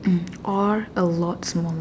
um or a lot smaller